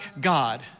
God